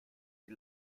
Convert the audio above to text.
die